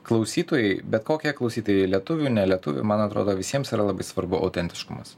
klausytojai bet kokie klausytojai lietuvių nelietuvių man atrodo visiems yra labai svarbu autentiškumas